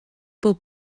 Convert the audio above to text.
pob